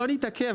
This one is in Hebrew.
לא נתעכב.